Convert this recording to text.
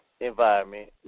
environment